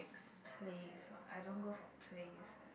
plays ah I don't go for plays eh